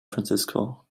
francisco